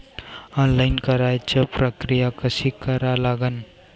Online कराच प्रक्रिया कशी करा लागन?